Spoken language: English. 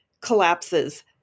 collapses